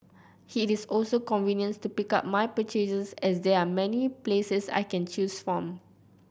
it is also convenient to pick up my purchases as there are many places I can choose from